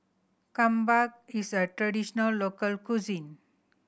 kimbap is a traditional local cuisine